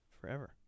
forever